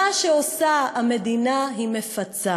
מה שעושה המדינה, היא מפצה.